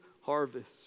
harvest